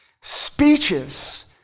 Speeches